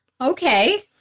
okay